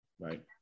Right